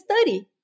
study